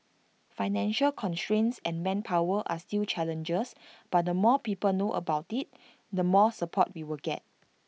financial constraints and manpower are still challenges but the more people know about IT the more support we will get